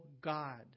God